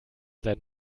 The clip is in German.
sein